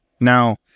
Now